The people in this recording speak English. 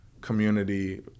community